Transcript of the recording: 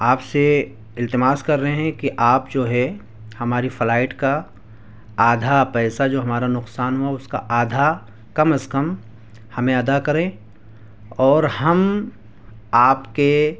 آپ سے التماس کر رہے ہیں کہ آپ جو ہے ہماری فلائٹ کا آدھا پیسہ جو ہمارا نقصان ہوا ہے اس کا آدھا کم از کم ہمیں ادا کریں اور ہم آپ کے